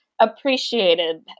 appreciated